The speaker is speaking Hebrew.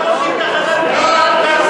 למה לא עושים תחנה, על הקרקע?